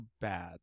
bad